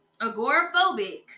Agoraphobic